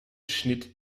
schnitt